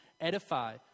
edify